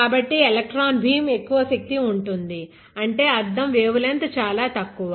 కాబట్టి electron beam ఎక్కువ శక్తి ఉంటుంది అంటే అర్థం వేవ్లెంత్ చాలా తక్కువ